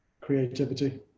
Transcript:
Creativity